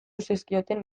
zizkioten